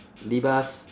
libas